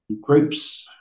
groups